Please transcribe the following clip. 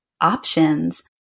options